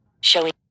Showing